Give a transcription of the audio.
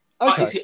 Okay